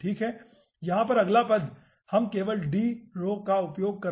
यहाँ पर अगला पद हम केवल का उपयोग कर रहे हैं